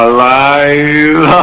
Alive